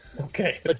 okay